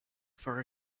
for